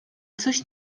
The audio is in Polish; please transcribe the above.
coś